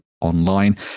online